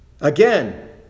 Again